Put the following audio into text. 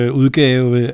udgave